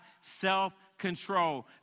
self-control